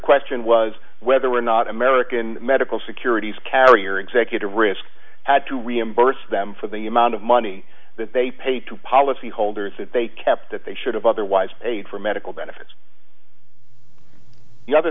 question was whether or not american medical securities carrier executive risk had to reimburse them for the amount of money that they pay to policyholders that they kept that they should have otherwise paid for medical